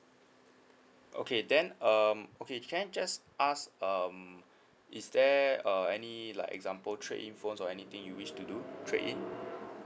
okay then um okay can I just ask um is there uh any like example trade in phones or anything you wish to do trade in